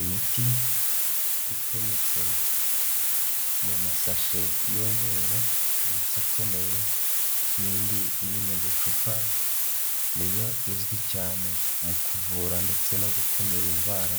Imiti ipfunyitse mu masashe y'umweru ndetse akomeye n'indi iri mu ducupa niyo izwi cyane mu kuvura ndetse no gukumira indwara